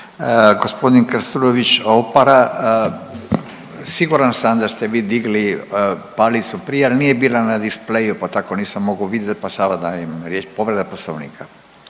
Hvala